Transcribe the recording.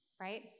right